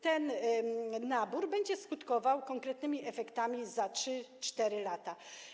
Ten nabór będzie skutkował konkretnymi efektami za 3, 4 lata.